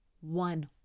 one